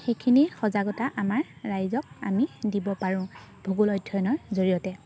সেইখিনি সজাগতা আমাৰ ৰাইজক আমি দিব পাৰোঁ ভূগোল অধ্যয়নৰ জৰিয়তে